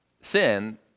sin